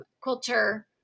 quilter